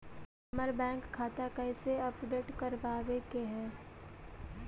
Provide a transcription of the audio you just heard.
हमर बैंक खाता कैसे अपडेट करबाबे के है?